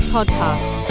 Podcast